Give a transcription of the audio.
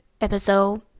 episode